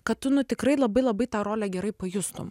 kad tu nu tikrai labai labai tą rolę gerai pajustum